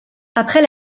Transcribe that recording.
après